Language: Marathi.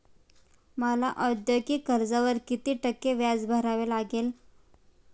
मला औद्योगिक कर्जावर किती टक्के व्याज भरावे लागेल?